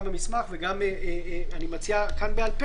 גם במסמך ואני מציע כאן גם בעל פה